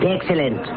Excellent